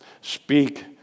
Speak